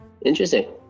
Interesting